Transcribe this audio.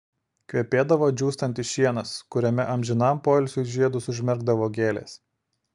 kvepėdavo džiūstantis šienas kuriame amžinam poilsiui žiedus užmerkdavo gėlės